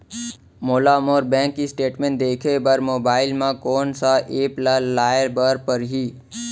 मोला मोर bank statement देखे बर मोबाइल मा कोन सा एप ला लाए बर परही?